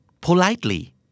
Politely